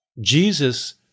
Jesus